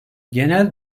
genel